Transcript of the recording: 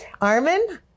Armin